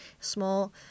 small